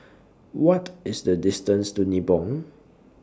What IS The distance to Nibong